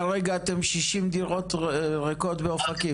כרגע אתם 60 דירות ריקות באופקים?